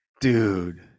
Dude